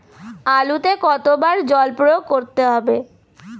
আলুতে কতো বার জল প্রয়োগ করতে হবে?